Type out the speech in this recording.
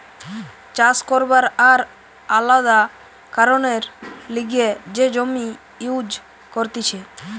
চাষ করবার আর আলাদা কারণের লিগে যে জমি ইউজ করতিছে